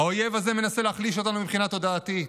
האויב הזה מנסה להחליש אותנו מבחינה תודעתית.